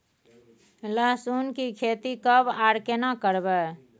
लहसुन की खेती कब आर केना करबै?